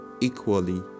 equally